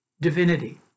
divinity